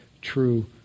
true